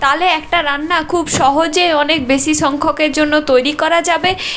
তাহলে একটা রান্না খুব সহজে অনেক বেশি সংখ্যকের জন্য তৈরি করা যাবে